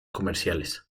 comerciales